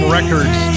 Records